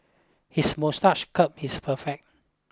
his moustache curl is perfect